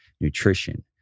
nutrition